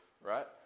right